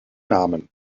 namen